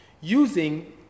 using